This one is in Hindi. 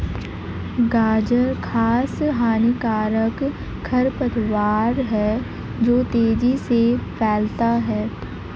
गाजर घास हानिकारक खरपतवार है जो तेजी से फैलता है